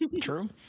True